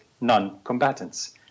non-combatants